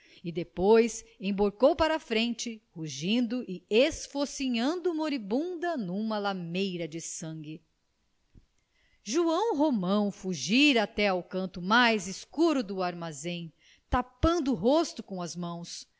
e depois embarcou para a frente rugindo e esfocinhando moribunda numa lameira de sangue joão romão fugira até ao canto mais escuro do armazém tapando o rosto com as mãos